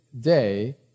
day